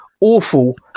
Awful